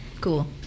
cool